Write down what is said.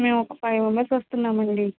మేము ఒక five members వస్తున్నామండి